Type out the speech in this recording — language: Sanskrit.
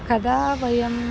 कदा वयम्